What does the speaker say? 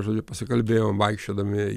žodžiu pasikalbėjom vaikščiodami